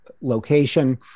location